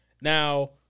Now